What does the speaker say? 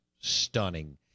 stunning